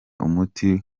umuti